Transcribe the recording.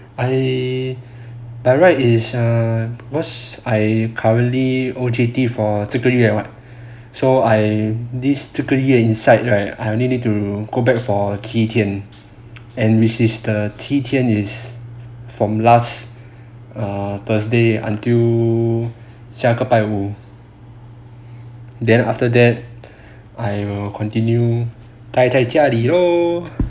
I by right is err cause I currently O_J_P for 这个月 mah so I this 这个月 inside right I only need to go back for 七天 and which is the 七天 is from last err thursday until 下个拜五 then after that I will continue 呆在家里 lor